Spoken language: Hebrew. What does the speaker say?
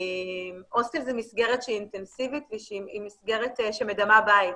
הוסטל זו מסגרת שהיא אינטנסיבית והיא מסגרת שמדמה בית,